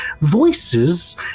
voices